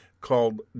called